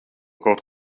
kaut